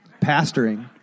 pastoring